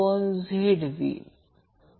57 angle 62 120 असेल तर ते 58° अँपिअर असेल